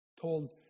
told